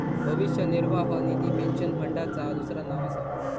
भविष्य निर्वाह निधी पेन्शन फंडाचा दुसरा नाव असा